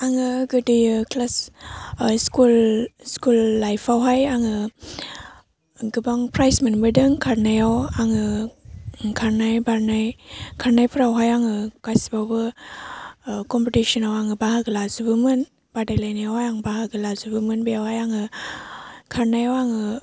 आङो गोदोयो class school लाइफआवहाय आङो गोबां प्राइज मोनबोदों खारनायाव आङो खारनाय बारनाय खारनायफोरावहाय आङो गासिबावबो कमपिटिसनआव आङो बाहागो लाजोबोमोन बादायलायनायावहाय आं बाहागो लाजोबोमोन बेयाव आङो खारनायाव आङो